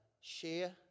share